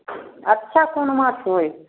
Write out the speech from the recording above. अच्छा कोन माछ होइ हइ